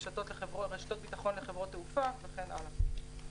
רשתות ביטחון לחברות תעופה, וכן הלאה.